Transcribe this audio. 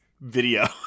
video